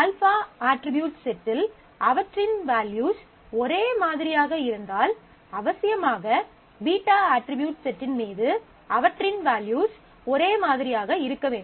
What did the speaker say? α attribute செட்டில் அவற்றின் values ஒரே மாதிரியாக இருந்தால் அவசியமாக β அட்ரிபியூட் செட்டின் மீது அவற்றின் வேல்யூஸ் ஒரே மாதிரியாக இருக்க வேண்டும்